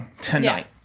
tonight